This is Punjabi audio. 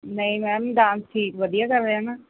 ਨਹੀਂ ਮੈਮ ਡਾਂਸ ਠੀਕ ਵਧੀਆ ਕਰ ਰਿਹਾ ਨਾ